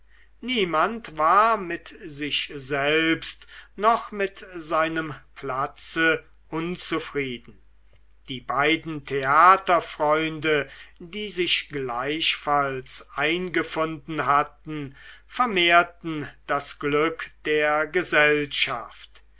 niemand war mit sich selbst noch mit seinem platz unzufrieden die beiden theaterfreunde die sich gleichfalls eingefunden hatten vermehrten das glück der gesellschaft